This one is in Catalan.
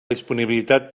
disponibilitat